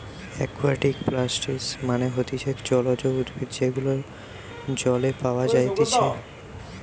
একুয়াটিকে প্লান্টস মানে হতিছে জলজ উদ্ভিদ যেগুলো জলে পাওয়া যাইতেছে